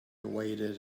waited